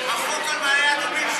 החוק על מעלה-אדומים,